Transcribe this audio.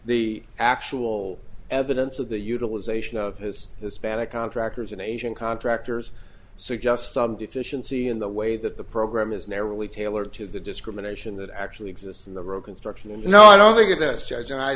the actual evidence of the utilization of his hispanic contractors and asian contractors suggest some deficiency in the way that the program is narrowly tailored to the discrimination that actually exists in the road construction and you know i don't think that charge